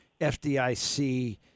FDIC